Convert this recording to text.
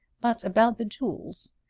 but about the jewels?